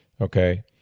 okay